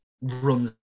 runs